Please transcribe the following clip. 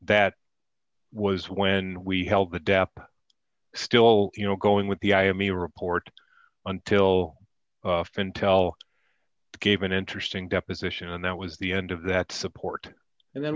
that was when we held the dep still you know going with the i m e report until intel gave an interesting deposition and that was the end of that support and then